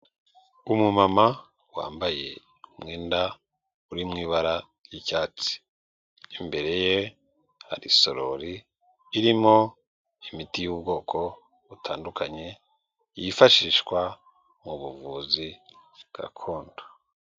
Umumama wambaye umwenda uri mu ibara ry'icyatsi, imbere ye hari isorori irimo imiti y'ubwoko butandukanye yifashishwa mu buvuzi gakondo.